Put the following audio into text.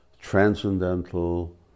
transcendental